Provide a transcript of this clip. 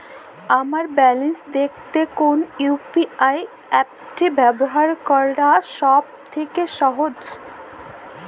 আমার ব্যালান্স দেখতে কোন ইউ.পি.আই অ্যাপটি ব্যবহার করা সব থেকে সহজ?